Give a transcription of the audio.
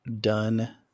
done